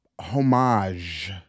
homage